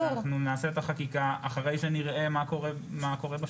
זו הוראת שעה ואנחנו נעשה את החקיקה אחרי שנראה מה קורה בשטח.